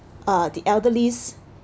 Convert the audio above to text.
uh the elderlies